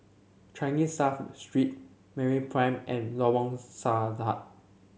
Changi South Street MeraPrime and Lorong Sahad